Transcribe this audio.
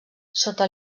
sota